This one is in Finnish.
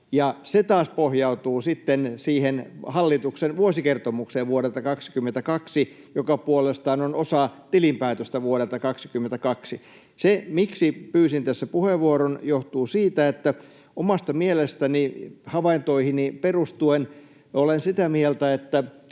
se taas pohjautuu vuoden 22 hallituksen vuosikertomukseen, joka puolestaan on osa tilinpäätöstä vuodelta 22. Se, miksi pyysin tässä puheenvuoron, johtuu siitä, että omasta mielestäni — havaintoihini perustuen olen sitä mieltä —